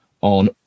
on